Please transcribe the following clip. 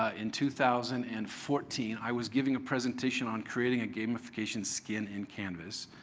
ah in two thousand and fourteen. i was giving a presentation on creating a gamification skin in canvas.